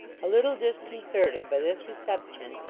a little disconcerted by this reception,